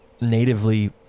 natively